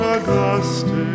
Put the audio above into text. Augustine